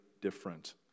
different